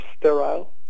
sterile